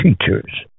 teachers